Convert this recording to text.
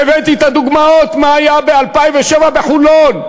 והבאתי את הדוגמאות, מה שהיה ב-2007 בחולון.